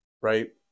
right